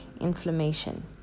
inflammation